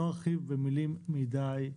לא ארחיב במילים מדי.